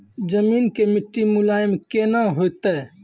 जमीन के मिट्टी मुलायम केना होतै?